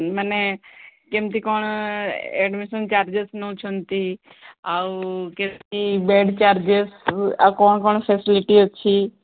ମାନେ କେମିତି କ'ଣ ଆଡମିସନ୍ ଚାର୍ଜେସ୍ ନେଉଛନ୍ତି ଆଉ କେମିତି ବେଡ଼୍ ଚାର୍ଜେସ୍ ଆଉ କ'ଣ କ'ଣ ଫାସିଲିଟୀ ଅଛି